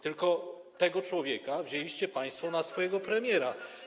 Tylko tego człowieka wzięliście państwo na swojego premiera.